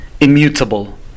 immutable